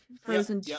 frozen